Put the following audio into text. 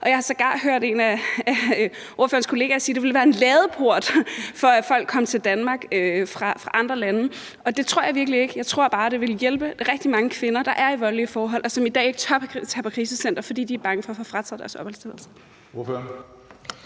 Jeg har sågar hørt en af ordførerens kollegaer sige, at det ville være at åbne en ladeport for, at folk kom til Danmark fra andre lande. Det tror jeg virkelig ikke. Jeg tror bare, at det ville hjælpe rigtig mange kvinder, der er i voldelige forhold, og som i dag ikke tør tage på krisecenter, fordi de er bange for at få frataget deres opholdstilladelse.